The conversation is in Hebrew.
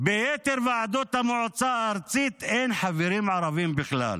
ביתר ועדות המועצה הארצית אין חברים ערבים בכלל.